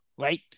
Right